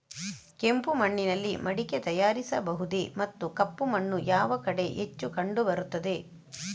ಕೆಂಪು ಮಣ್ಣಿನಲ್ಲಿ ಮಡಿಕೆ ತಯಾರಿಸಬಹುದೇ ಮತ್ತು ಕಪ್ಪು ಮಣ್ಣು ಯಾವ ಕಡೆ ಹೆಚ್ಚು ಕಂಡುಬರುತ್ತದೆ?